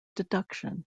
deduction